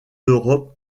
europe